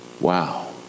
Wow